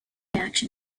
reaction